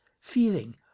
feeling